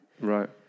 Right